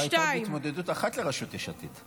לא הייתה עוד התמודדות אחת לראשות יש עתיד.